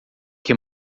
que